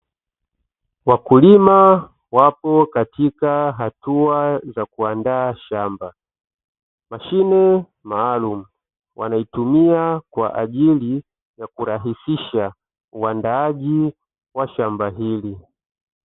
Wakulima wapo katika hatua za kuandaa shamba, mashine maalumu wanaitumia kwa ajili ya kurahisisha uandaaji wa shamba hili.